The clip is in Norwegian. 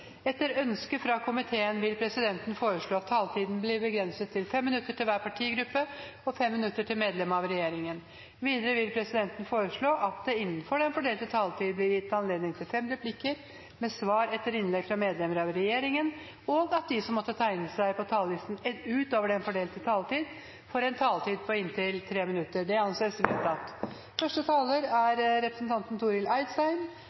Etter ønske fra transport- og kommunikasjonskomiteen vil presidenten foreslå at taletiden blir begrenset til 5 minutter til hver partigruppe og 5 minutter til medlem av regjeringen. Videre vil presidenten foreslå at det – innenfor den fordelte taletid – blir gitt anledning til inntil fem replikker med svar etter innlegg fra medlemmer av regjeringen, og at de som måtte tegne seg på talerlisten utover den fordelte taletid, får en taletid på inntil 3 minutter. – Det anses vedtatt.